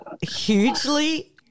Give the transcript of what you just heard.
hugely